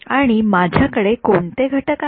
आणि माझ्याकडे कोणते घटक आहेत